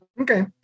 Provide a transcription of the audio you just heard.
Okay